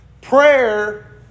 Prayer